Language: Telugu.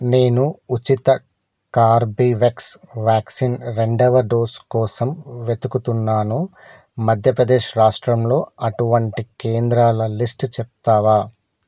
నేను ఉచిత కార్బెవెక్స్ వ్యాక్సిన్ రెండవ డోసు కోసం వెతుకుతున్నాను మధ్యప్రదేశ్ రాష్ట్రంలో అటువంటి కేంద్రాల లిస్ట్ చెప్తావా